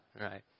Right